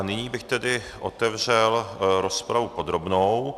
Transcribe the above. Nyní bych otevřel rozpravu podrobnou.